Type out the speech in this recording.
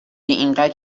اینقد